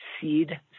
Seed